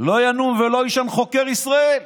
לא ינום ולא יישן חוקר ישראל.